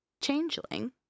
Changeling